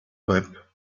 whip